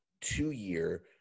two-year